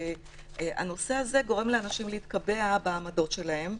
הנושא הזה גורם לאנשים להתקבע בעמדות שלהם.